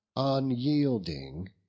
Unyielding